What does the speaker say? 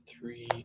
three